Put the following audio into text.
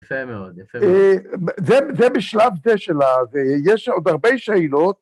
יפה מאוד, יפה מאוד. זה משלב זה של ה..., ויש עוד הרבה שאלות.